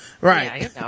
Right